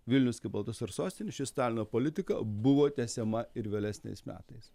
vilnius kaip ltsr sostinė ši stalino politika buvo tęsiama ir vėlesniais metais